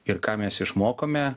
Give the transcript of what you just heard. ir ką mes išmokome